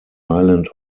island